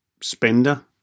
spender